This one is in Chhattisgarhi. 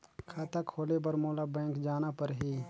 खाता खोले बर मोला बैंक जाना परही?